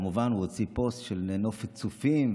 כמובן שהוא הוציא פוסט של נופת צופים,